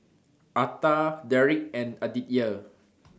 Arta Deric and Aditya